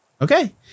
Okay